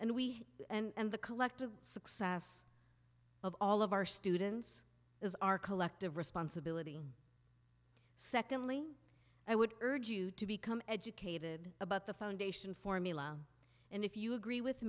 and we and the collective success of all of our students is our collective responsibility secondly i would urge you to become educated about the foundation formula and if you agree with